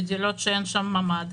בדירות שאין בהן ממ"ד,